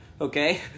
okay